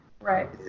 Right